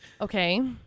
Okay